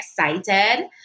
excited